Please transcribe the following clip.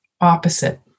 opposite